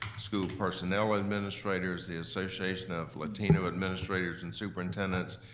school personnel administrators, the association of latino administrators and superintendents,